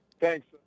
Thanks